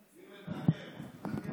מי מתרגם?